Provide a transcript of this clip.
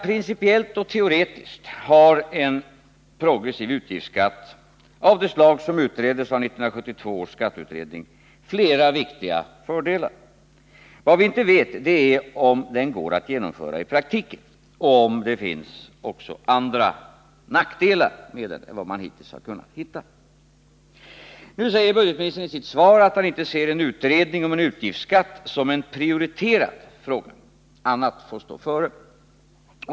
Principiellt och teoretiskt har en progressiv utgiftsskatt av det slag som utreddes av 1972 års skatteutredning flera viktiga fördelar. Vad vi inte vet är om den går att genomföra i praktiken och om det finns andra nackdelar med den än dem som man hittills har kunnat finna. Nu säger budgetministern i sitt svar att han inte ser en utredning om en utgiftsskatt som en prioriterad fråga. Annat får gå före.